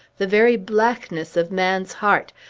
the very blackness of man's heart,